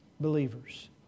believers